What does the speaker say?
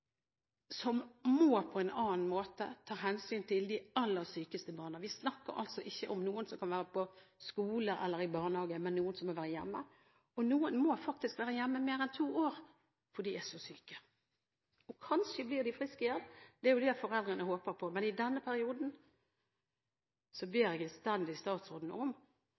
som på en annen måte må ta hensyn til de aller sykeste barna. Vi snakker altså ikke om noen som kan være på skole eller i barnehage, men som må være hjemme. Noen må faktisk være hjemme i mer enn to år fordi de er så syke. Kanskje blir de friske igjen – det er jo det foreldrene håper på. Men